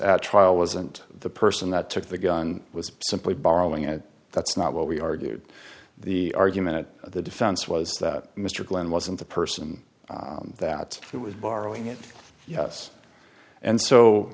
at trial wasn't the person that took the gun was simply borrowing it that's not what we argued the argument that the defense was that mr glenn wasn't the person that it was borrowing it yes and so